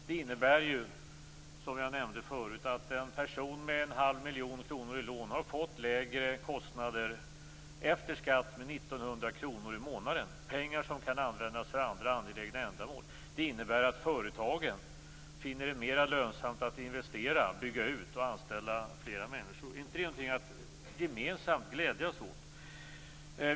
Det innebär ju, som jag nämnde förut, att en person med en halv miljon kronor i lån har fått lägre kostnader efter skatt med 1 900 kr i månaden - pengar som kan användas för andra angelägna ändamål. Det innebär att företagen finner det mer lönsamt att investera, bygga ut och anställa fler människor. Är inte detta någonting att gemensamt glädja oss åt?